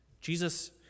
Jesus